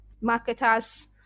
marketers